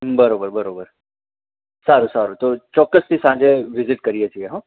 હં બરોબર બરોબર સારું સારું તો ચોક્કસથી સાંજે વિઝિટ કરીએ છીએ હોં